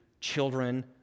children